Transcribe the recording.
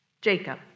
Jacob